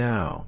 Now